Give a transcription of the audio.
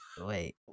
wait